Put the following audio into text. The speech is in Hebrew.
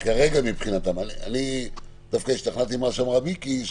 שכרגע מבחינתם דווקא השתכנעתי ממה שאמרה מיקי,